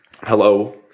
Hello